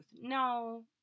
No